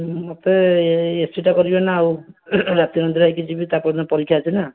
ମୋତେ ଏସି ଟା କରିବେନା ଆଉ ରାତି ଅନିଦ୍ରା ହେଇକି ଯିବି ତା'ପର ଦିନ ପରୀକ୍ଷା ଅଛି ନା